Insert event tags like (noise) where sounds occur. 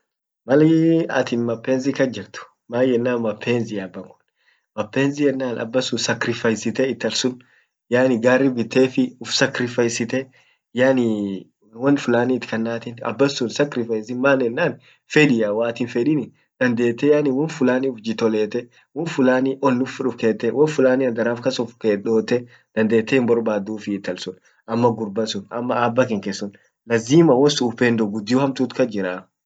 maal (hesitation) atin mapema mapenzi kas jirt maan yannan mapenzi abbakun mapenzi enan abbasun sacrifaisite intalsun yaani garri bittefi uf sacrifaisite yaani (hesitation) won fulani itkannatin abbansun sacrifaisin maan ennanin failiyaa waaatin hinfeilinii dandete yaani won fulani uf jitoleete won flani onnor uf kette won fulani handaraf kas uf dotte dandete him borbaddufii intal